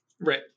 Right